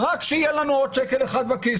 רק שיהיה לנו עוד שקל אחד בכיס.